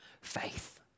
faith